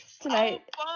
Tonight